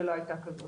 ולא הייתה כזאת.